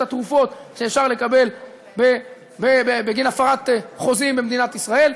התרופות שאפשר לקבל בגין הפרת חוזים במדינת ישראל,